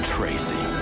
Tracy